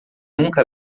nunca